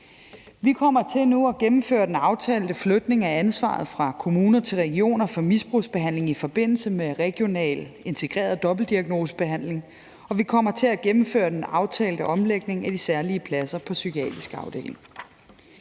Vi kommer til nu at gennemføre den aftalte flytning af ansvaret fra kommuner til regioner for misbrugsbehandling i forbindelse med regional integreret dobbeltdiagnosebehandling, og vi kommer til at gennemføre den aftalte omlægning af de særlige pladser på psykiatrisk afdeling.